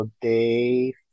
day